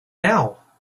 now